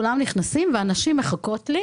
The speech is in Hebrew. הנשים אמרו לי: